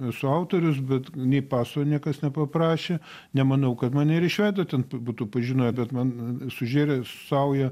esu autorius bet nei paso niekas nepaprašė nemanau kad mane ir iš veido ten būtų pažinoję bet man sužėrė saują